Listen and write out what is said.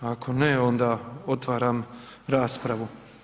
Ako ne, onda otvaram raspravu.